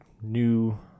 new